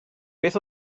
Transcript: beth